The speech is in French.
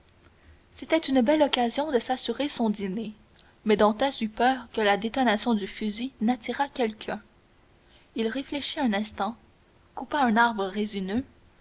c'était une belle occasion de s'assurer son dîner mais dantès eut peur que la détonation du fusil n'attirât quelqu'un il réfléchit un instant coupa un arbre résineux